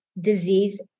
disease